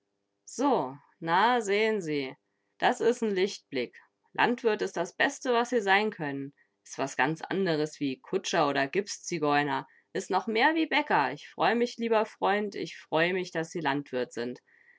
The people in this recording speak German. so na sehn sie das is n lichtblick landwirt is das beste was sie sein können is was ganz anderes wie kutscher oder gipszigeuner is noch mehr wie bäcker ich freu mich lieber freund ich freu mich daß sie landwirt sind